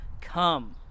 come